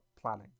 planning